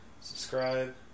Subscribe